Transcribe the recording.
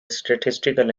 statistical